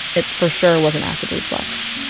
it for sure wasn't acid reflux